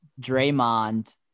Draymond